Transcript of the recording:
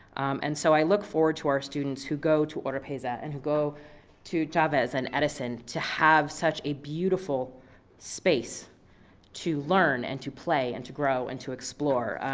and so i look forward to our students who go to oropeza, and who go to chavez and edison, to have such a beautiful space to learn, and to play, and to grow, and to explore.